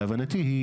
להבנתי,